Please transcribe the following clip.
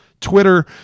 Twitter